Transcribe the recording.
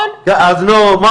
כי גם ככה קשה לראות מה